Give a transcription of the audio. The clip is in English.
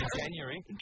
January